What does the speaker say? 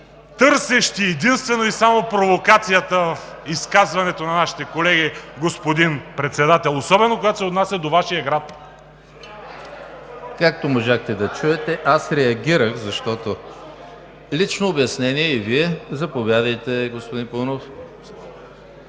търсещи единствено и само провокацията в изказването на нашите колеги, господин Председател, особено когато се отнася до Вашия град. ПРЕДСЕДАТЕЛ ЕМИЛ ХРИСТОВ: Както можахте да чуете, аз реагирах, защото… Лично обяснение и Вие – заповядайте, господин Паунов.